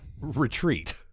retreat